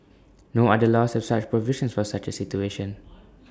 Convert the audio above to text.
no other laws have such provisions for such A situation